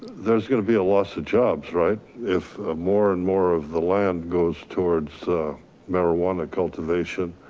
there's gonna be a loss of jobs, right? if more and more of the land goes towards marijuana cultivation,